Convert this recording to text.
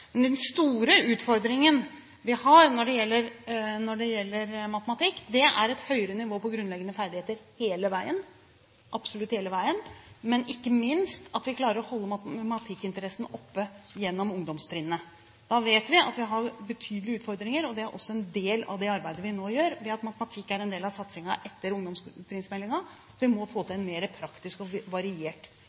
Den store utfordringen vi har når det gjelder matematikk, er et høyere nivå på grunnleggende ferdigheter hele veien – absolutt hele veien – men ikke minst at vi klarer å holde matematikkinteressen oppe gjennom ungdomstrinnet. Da vet vi at vi har betydelige utfordringer, og det er også en del av det arbeidet vi nå gjør ved at matematikk er en del av satsingen etter ungdomstrinnsmeldingen. Vi må få til en mer praktisk og variert matematikkundervisning. Det innebærer egentlig mange timers foredrag hva vi